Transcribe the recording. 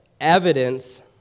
evidence